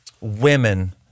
women